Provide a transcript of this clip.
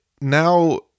now